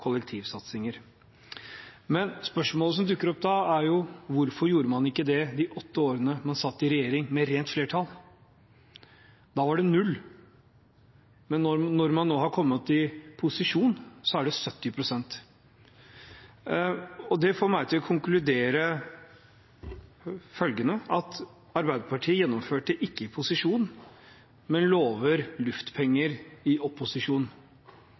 kollektivsatsinger. Men spørsmålet som dukker opp da, er: Hvorfor gjorde man ikke det de åtte årene man satt i regjering med rent flertall? Da var det null, men når man har kommet i opposisjon, er det 70 pst. Det får meg til å konkludere med følgende: Arbeiderpartiet gjennomførte ikke i posisjon, men lover luftpenger i opposisjon.